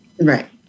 Right